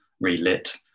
relit